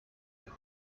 you